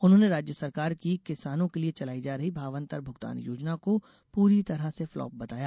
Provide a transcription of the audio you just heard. उन्होंने राज्य सरकार की किसानों के लिये चलाई जा रही भावान्तर भुगतान योजना को पूरी तरह से फ्लॉप बताया